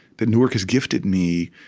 that newark has gifted me,